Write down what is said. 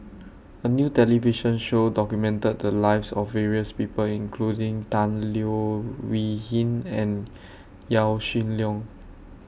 A New television Show documented The Lives of various People including Tan Leo Wee Hin and Yaw Shin Leong